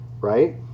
right